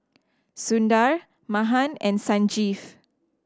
Sundar Mahan and Sanjeev